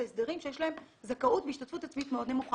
הסדרים שיש להם זכאות בהשתתפות עצמית מאוד נמוכה.